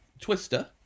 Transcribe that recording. Twister